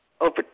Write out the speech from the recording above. over